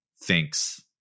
thinks